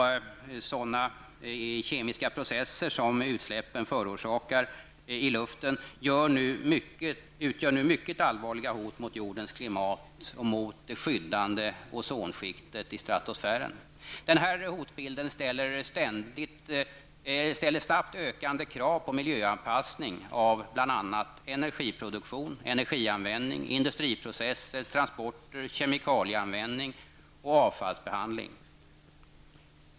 Utsläpp och de kemiska processer som dessa förorsakar i luften utgör nu mycket allvarliga hot mot jordens klimat och mot det skyddande ozonskiktet i stratosfären. Den här hotbilden ställer snabbt ökande krav på miljöanpassning av bl.a. energiproduktion, energianvändning, industriprocesser, transporter, kemikalieanvändning och avfallsbehandling.